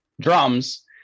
drums